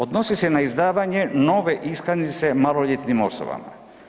Odnosni se na izdavanje nove iskaznice maloljetnim osobama.